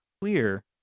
clear